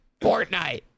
Fortnite